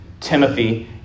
Timothy